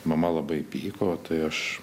mama labai pyko tai aš